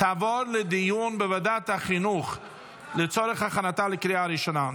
תעבור לדיון בוועדת החינוך לצורך הכנתה לקריאה ראשונה.